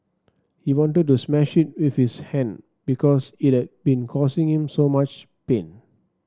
he wanted to smash it with his hand because it had been causing him so much pain